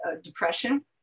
depression